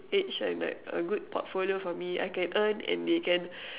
edge and like a good portfolio for me I can earn and they can